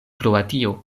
kroatio